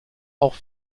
auch